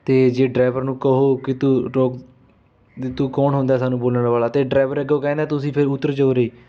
ਅਤੇ ਜੇ ਡਰਾਈਵਰ ਨੂੰ ਕਹੋ ਕਿ ਤੂੰ ਰੋ ਵੀ ਤੂੰ ਕੌਣ ਹੁੰਦਾ ਸਾਨੂੰ ਬੋਲਣ ਵਾਲਾ ਤਾਂ ਡਰਾਈਵਰ ਅੱਗੋਂ ਕਹਿੰਦਾ ਤੁਸੀ ਫੇਰ ਉੱਤਰ ਜਾਉ ਉਰੇ